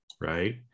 Right